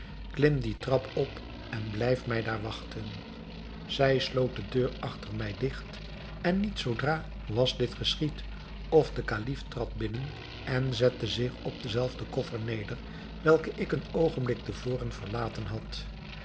klim dien trap op en blijf mij daar wachten zij sloot de deur achter mij digt en niet zoodra was dit geschied of de kalif trad binnen en zette zich op den zelfden koffer neder welke ik een oogenblik te voren verlaten had